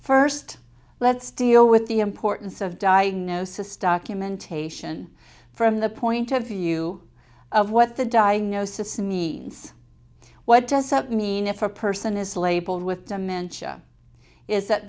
first let's deal with the importance of diagnosis documentation from the point of view of what the diagnosis means what does it mean if a person is labelled with dementia is that